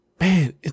Man